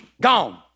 gone